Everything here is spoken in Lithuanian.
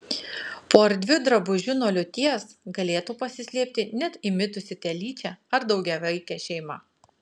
po erdviu drabužiu nuo liūties galėtų pasislėpti net įmitusi telyčia ar daugiavaikė šeima